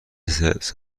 سمت